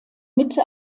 mitte